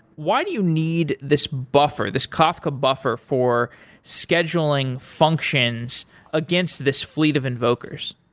why do you need this buffer, this kafka buffer for scheduling functions against this fleet of invokers?